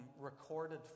recorded